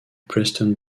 preston